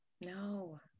no